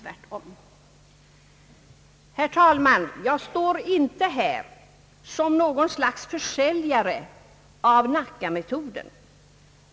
Herr talman! Jag står inte här som någon försäljare av Nackametoden.